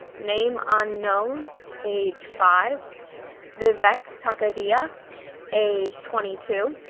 name unknown age five vivek kakadiya age twenty two,